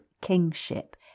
kingship